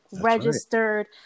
registered